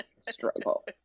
struggle